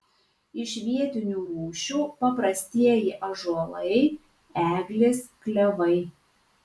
iš vietinių rūšių paprastieji ąžuolai eglės klevai